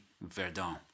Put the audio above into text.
Verdun